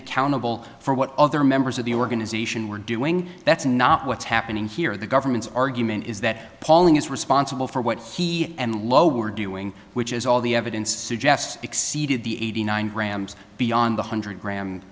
accountable for what other members of the organization were doing that's not what's happening here the government's argument is that pauling is responsible for what he and lowe were doing which is all the evidence suggests exceeded the eighty nine grams beyond the hundred gra